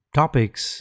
topics